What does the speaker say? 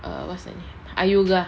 err what's that name ayuga